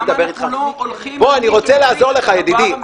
אני רוצה לעזור לך, ידידי.